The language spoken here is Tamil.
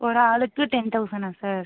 ஒரு ஆளுக்கு டென் தௌசணா சார்